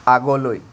আগলৈ